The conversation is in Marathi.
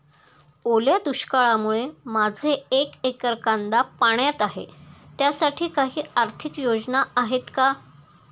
ओल्या दुष्काळामुळे माझे एक एकर कांदा पाण्यात आहे त्यासाठी काही आर्थिक योजना आहेत का?